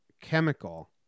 chemical